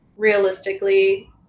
realistically